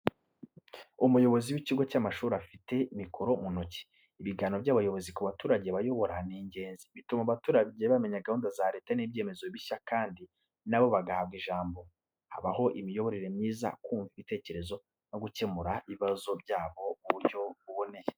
Umuyobozi w'ikigo cy'amashuri afite mikoro mu ntoki. Ibiganiro by’abayobozi ku baturage bayobora ni ingenzi, bituma abaturage bamenya gahunda za leta n'ibyemezo bishya kandi na bo bagahabwa ijambo, habaho imiyoborere myiza, kumva ibitekerezo no gukemura ibibazo byabo mu buryo buboneye.